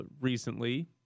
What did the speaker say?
recently